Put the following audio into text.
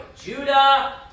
Judah